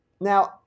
Now